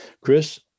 Chris